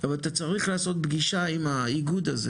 אבל אתה צריך לעשות פגישה עם האיגוד הזה